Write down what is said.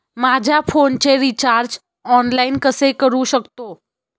माझ्या फोनचे recharge online कसे करू शकतो?